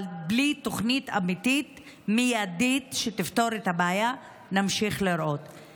אבל בלי תוכנית אמיתית מיידית שתפתור את הבעיה נמשיך לראות את זה.